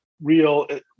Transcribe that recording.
real